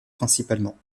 principalement